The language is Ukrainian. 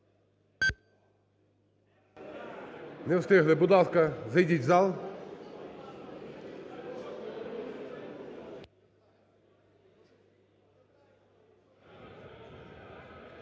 Не встигли. Будь ласка, зайдіть в зал.